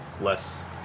less